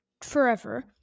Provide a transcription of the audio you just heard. forever